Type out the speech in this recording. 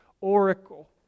oracle